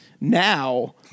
now